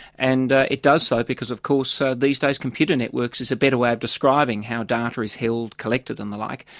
and it does so because of course so these days computer networks is a better way of describing how data is held, collected and the like.